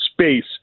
space